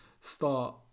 start